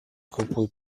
kupuj